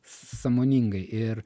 sąmoningai ir